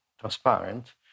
transparent